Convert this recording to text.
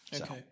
okay